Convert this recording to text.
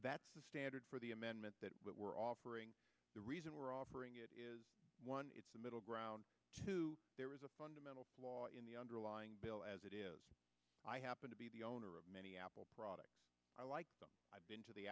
that's the standard for the amendment that what we're offering the reason we're offering it is one it's the middle ground two there is a fundamental flaw in the underlying bill as it is i happen to be the owner of many apple products i like i've been to the